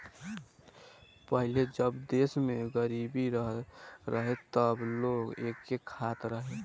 पहिले जब देश में गरीबी रहे तब लोग एके खात रहे